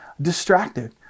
distracted